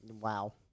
Wow